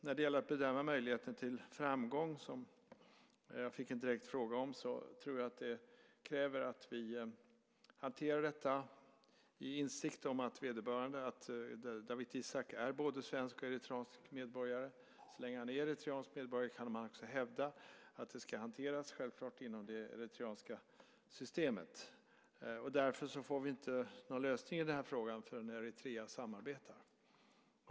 När det gäller att bedöma möjligheter till framgång, som jag fick en direkt fråga om, tror jag att det kräver att vi hanterar detta i insikt om att Dawit Isaak är både svensk och eritreansk medborgare. Så länge han är eritreansk medborgare kan man alltså hävda att fallet ska hanteras inom det eritreanska systemet. Därför får vi inte någon lösning på den här frågan förrän Eritrea samarbetar.